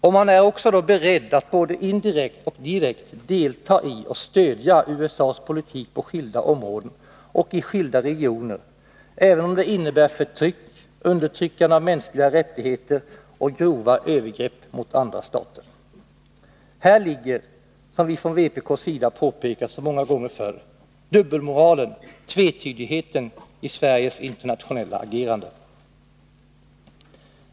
Och man är också då beredd att både indirekt och direkt delta i och stödja USA:s politik på skilda områden och i skilda regioner, även om det innebär förtryck, undertryckande av mänskliga rättigheter och grova övergrepp mot andra stater. Här ligger, som vi från vpk:s sida påpekat så många gånger förr, dubbelmoralen och tvetydigheten i Sveriges internationella agerande.